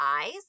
eyes